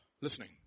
listening